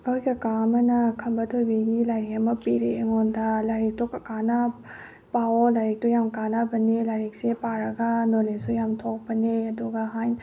ꯑꯩꯈꯣꯏ ꯀꯀꯥ ꯑꯃꯅ ꯈꯝꯕ ꯊꯣꯏꯕꯤꯒꯤ ꯂꯥꯏꯔꯤꯛ ꯑꯃ ꯄꯤꯔꯛꯑꯦ ꯑꯩꯉꯣꯟꯗ ꯂꯥꯏꯔꯤꯛꯇꯣ ꯀꯀꯥꯅ ꯄꯥꯎꯑꯦ ꯂꯥꯏꯔꯤꯛꯇꯣ ꯌꯥꯝ ꯀꯥꯟꯅꯕꯅꯦ ꯂꯥꯏꯔꯤꯛꯁꯦ ꯄꯥꯔꯒ ꯅꯣꯂꯦꯖꯁꯨ ꯌꯥꯝ ꯊꯣꯛꯄꯅꯦ ꯑꯗꯨꯒ ꯍꯥꯏꯅ